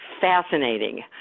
fascinating